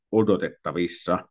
odotettavissa